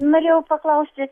norėjau paklausti